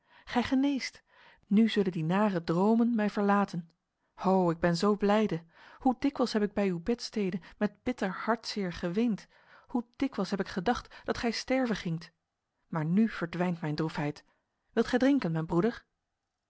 geneest nu zullen die nare dromen mij verlaten ho ik ben zo blijde hoe dikwijls heb ik bij uw bedstede met bitter hartzeer geweend hoe dikwijls heb ik gedacht dat gij sterven gingt maar nu verdwijnt mijn droefheid wilt gij drinken mijn broeder